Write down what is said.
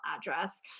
address